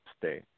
stay